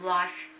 Life